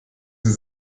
sie